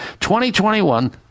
2021